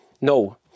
no